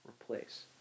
replace